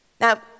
Now